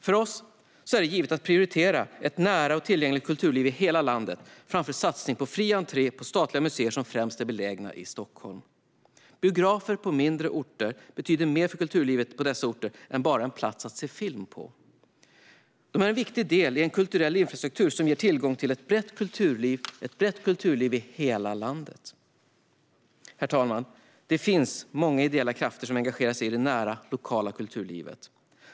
För oss är det givet att prioritera ett nära och tillgängligt kulturliv i hela landet framför satsning på fri entré på statliga museer, som främst är belägna i Stockholm. Biografer på mindre orter betyder mer för kulturlivet på dessa orter än bara en plats att se film på. De är en viktig del i en kulturell infrastruktur som ger tillgång till ett brett kulturliv i hela landet. Herr talman! Det finns många ideella krafter som engagerar sig i det nära, lokala kulturlivet.